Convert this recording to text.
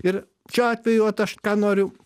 ir šiuo atveju vat aš ką noriu